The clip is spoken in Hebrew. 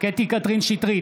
קטי קטרין שטרית,